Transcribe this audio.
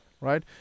right